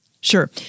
Sure